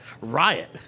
Riot